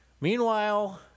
meanwhile